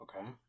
Okay